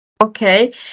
Okay